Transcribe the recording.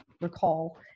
recall